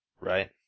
Right